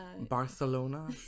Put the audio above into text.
barcelona